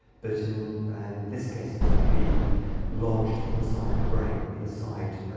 but in and this case, it's actually lodged inside the brain, inside